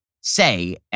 say